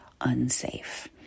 unsafe